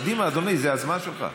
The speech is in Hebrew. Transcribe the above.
קדימה, אדוני, זה הזמן שלך.